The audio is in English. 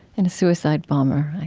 in a suicide bomber?